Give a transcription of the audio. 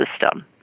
system